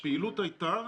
פעילות הייתה,